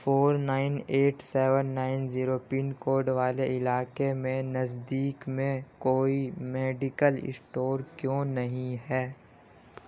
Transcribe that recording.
four nine eight seven nine zero pin code والے علاقے میں نزدیک میں کوئی میڈیکل اسٹور کیوں نہیں ہے